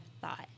thought